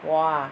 我 ah